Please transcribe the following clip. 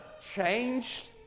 changed